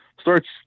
starts